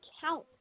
count